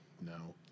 no